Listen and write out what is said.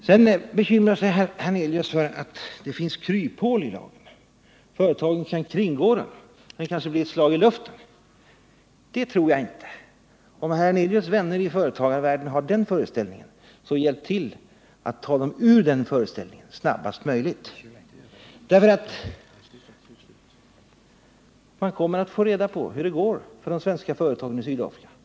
Vidare bekymrar sig herr Hernelius för att det finns kryphål i lagen. Företagen kan kringgå den. Den kanske blir ett slag i luften. Det tror inte jag. Om herr Hernelius vänner i företagarvärlden har den föreställningen, så hjälp då till att ta dem ur den snabbast möjligt, därför att man kommer att få reda på hur det går för de svenska företagen i Sydafrika.